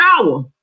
power